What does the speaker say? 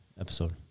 episode